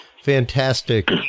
fantastic